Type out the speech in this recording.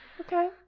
Okay